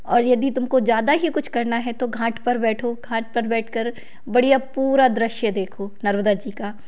और यदि तुमको ज़्यादा ही कुछ करना है तो घाट पर बैठो घाट पर बैठकर बढ़िया पूरा दृश्य देखा नर्मदा जी का